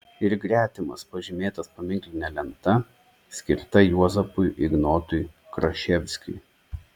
ir gretimas pažymėtas paminkline lenta skirta juozapui ignotui kraševskiui